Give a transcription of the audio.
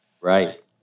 Right